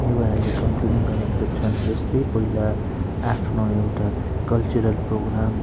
युवाहरूले कम्ती नै गरेको छन् जस्तै पहिला आफ्नो एउटा कल्चरल प्रोग्राम